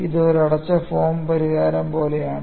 ഇത് ഒരു അടച്ച ഫോം പരിഹാരം പോലെയാണ്